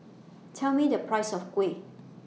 Tell Me The Price of Kuih